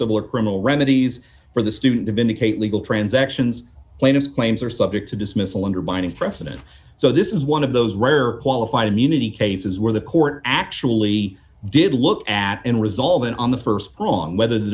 or criminal remedies for the student to vindicate legal transactions plaintiff claims are subject to dismissal under binding precedent so this is one of those rare qualified immunity cases where the court actually did look at and resolve it on the st pong whether the